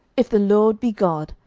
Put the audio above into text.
if the lord be god,